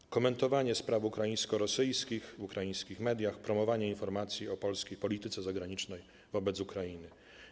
To także komentowanie spraw ukraińsko-rosyjskich w ukraińskich mediach, promowanie informacji o polskiej polityce zagranicznej wobec Ukrainy.